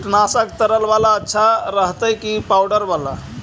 कीटनाशक तरल बाला अच्छा रहतै कि पाउडर बाला?